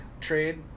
trade